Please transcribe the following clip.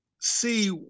see